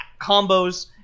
combos